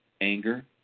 anger